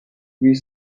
huit